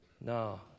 No